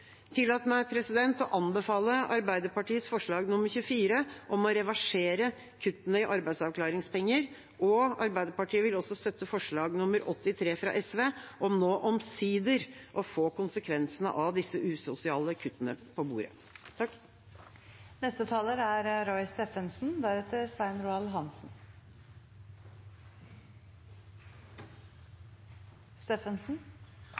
meg å anbefale Arbeiderpartiets forslag nr. 24, om å reversere kuttene i arbeidsavklaringspenger. Arbeiderpartiet vil også støtte forslag nr. 83, fra SV, om nå omsider å få konsekvensene av disse usosiale kuttene på bordet.